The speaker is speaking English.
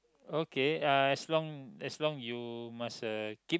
okay uh as long as long you must uh keep